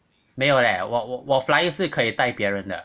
没有 leh 我我我 flying 是可以带别人的